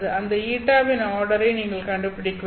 அந்த η வின் ஆர்டரை நீங்கள் கண்டுபிடிக்க வேண்டும்